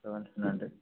seventeen hundred